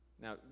Now